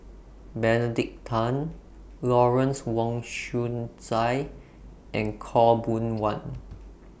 Benedict Tan Lawrence Wong Shyun Tsai and Khaw Boon Wan